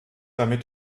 damit